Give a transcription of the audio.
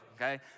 okay